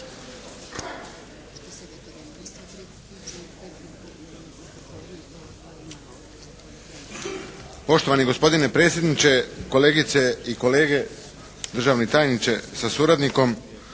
Poštovani gospodine predsjedniče, kolegice i kolege, državni tajniče sa suradnikom!